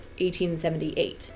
1878